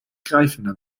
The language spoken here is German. greifender